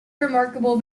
remarkable